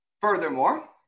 Furthermore